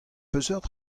peseurt